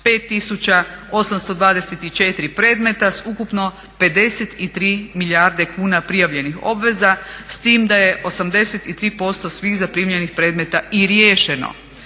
5824 predmeta sa ukupno 53 milijarde kuna prijavljenih obveza s time da je 83% svih zaprimljenih predmeta i riješeno